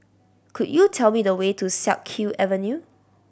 could you tell me the way to Siak Kew Avenue